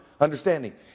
understanding